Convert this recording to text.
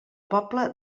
pobla